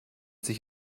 sich